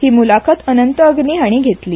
ही मुलाखत अनंत अग्नी हाणी घेतली